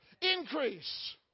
Increase